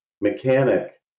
mechanic